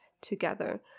together